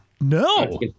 No